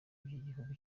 igihugu